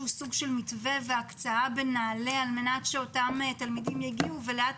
מתווה וסוג של הקצאה בנעל"ה על מנת שאותם תלמידים יגיעו ולאט